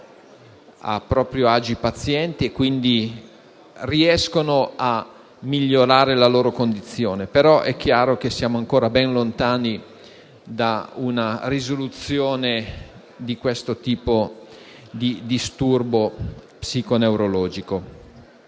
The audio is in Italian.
a proprio agio i pazienti e quindi riescono a migliorare la loro condizione. Però è chiaro che siamo ancora ben lontani da una risoluzione di questo disturbo psico-neurologico.